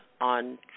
on